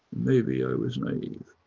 maybe i was naive.